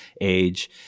age